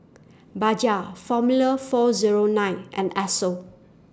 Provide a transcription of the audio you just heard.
Bajaj Formula four Zero nine and Esso